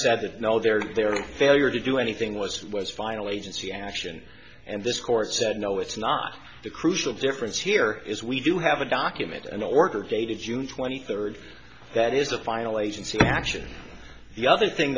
that no there there are a failure to do anything once was finally agency action and this court said no it's not the crucial difference here is we do have a document an order dated june twenty third that is the final agency action the other thing